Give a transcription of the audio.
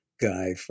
guy